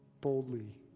boldly